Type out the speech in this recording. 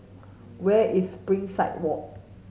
where is Springside Walk